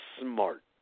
smart